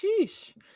sheesh